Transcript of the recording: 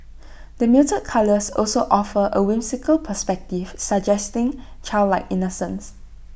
the muted colours also offer A whimsical perspective suggesting childlike innocence